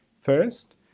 first